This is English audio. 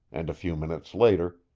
and a few minutes later,